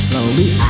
Slowly